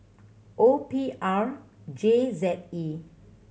O P R J Z E